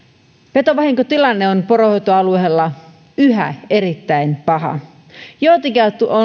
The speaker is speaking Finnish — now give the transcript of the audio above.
petovahinkotilanne on poronhoitoalueella yhä erittäin paha joitakin